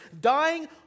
dying